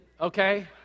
okay